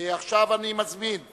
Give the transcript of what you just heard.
עכשיו אני מזמין,